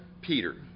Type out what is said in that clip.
Peter